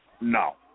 No